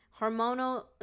hormonal